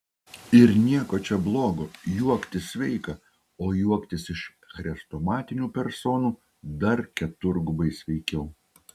ir nieko čia blogo juoktis sveika o juoktis iš chrestomatinių personų dar keturgubai sveikiau